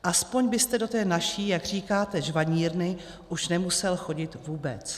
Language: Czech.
Aspoň byste do té naší, jak říkáte, žvanírny už nemusel chodit vůbec.